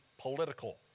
political